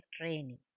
training